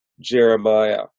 Jeremiah